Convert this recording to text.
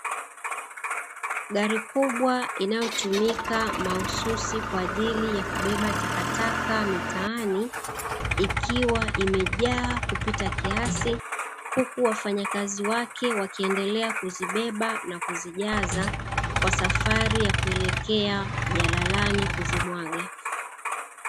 Gari kubwa inayotumika mahususi kwa ajili ya kubeba takataka mitaani ikiwa imejaa kupita kiasi, huku wafanyakazi wake wakiendelea kuzibeba na kuzijaza kwa safari ya kuelekea jalalani na kuzimwaga.